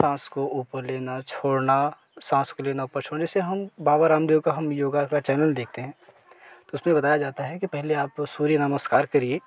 सांस को ऊपर लेना छोड़ना सांस को लेना ऊपर छोड़ना जैसे हम बाबा रामदेव का हम योग का चैनल देखते हैं तो उसमें बताया जाता है कि पहले आप सूर्य नमस्कार कीजिए